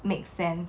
make sense